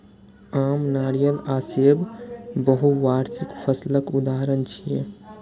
आम, नारियल आ सेब बहुवार्षिक फसलक उदाहरण छियै